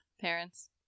parents